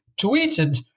tweeted